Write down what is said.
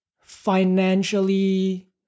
financially